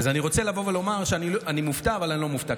אני רוצה לומר שאני מופתע, אבל אני לא מופתע.